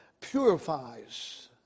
purifies